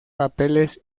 papeles